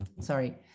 sorry